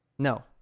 no